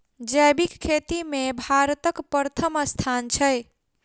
जैबिक खेती मे भारतक परथम स्थान छै